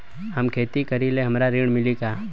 हम खेती करीले हमरा ऋण मिली का?